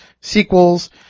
sequels